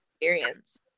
experience